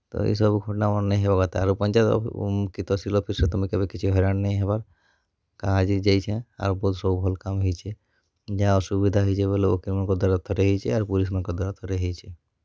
ତ ଇ ସବୁ ଘଟ୍ନାମାନେ ନି ହେବାର୍ କଥା ପଞ୍ଚାୟତ କି ତହସିଲ ଅଫିସ୍ରେ କେବେ କିଛି ହଇରାଣ୍ ନାଇଁ ହେବା କାଁ କାଜି ଯାଇଁଛେଁ ଆର୍ ଭଲ୍ କାମ୍ ହେଇଛେ ଯାହା ଅସୁବିଧା ହେଇଛେ ବଏଲେ ଓକିଲ୍ ମାନକର ଦ୍ଵାରା ଥରେ ହେଇଛେ ଆଉ ପୋଲିସ୍ ମାନକର ଦ୍ଵାରା ଥରେ ହେଇଛେ